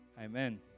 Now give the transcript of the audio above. Amen